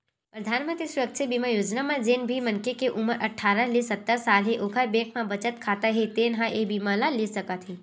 परधानमंतरी सुरक्छा बीमा योजना म जेन भी मनखे के उमर अठारह ले सत्तर साल हे ओखर बैंक म बचत खाता हे तेन ह ए बीमा ल ले सकत हे